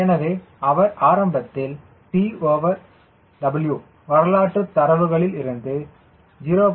எனவே அவர் ஆரம்பத்தில் TW வரலாற்று தரவுகளிலிருந்து 0